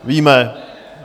Víme.